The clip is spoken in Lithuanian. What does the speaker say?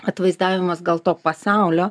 atvaizdavimas gal to pasaulio